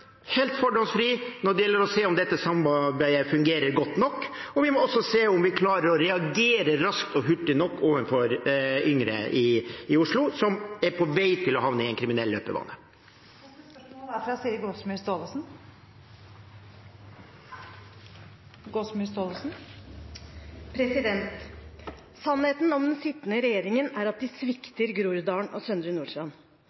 helt fordomsfrie når det gjelder å se på om dette samarbeidet fungerer godt nok. Vi må også se om vi klarer å reagere raskt og hurtig nok overfor yngre i Oslo som er på vei til å havne i en kriminell løpebane. Siri Gåsemyr Staalesen – til oppfølgingsspørsmål. Sannheten om den sittende regjeringen er at